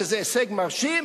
שזה הישג מרשים.